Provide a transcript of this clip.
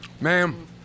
ma'am